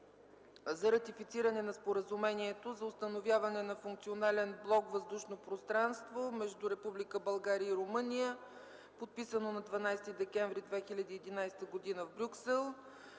за ратифициране на Споразумението за установяване на функционален блок въздушно пространство между Република България и Румъния, подписано на 12 декември 2011 г. в Брюксел.